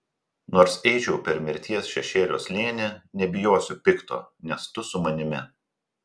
nors eičiau per mirties šešėlio slėnį nebijosiu pikto nes tu su manimi